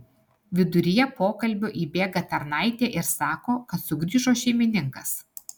viduryje pokalbio įbėga tarnaitė ir sako kad sugrįžo šeimininkas